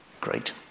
great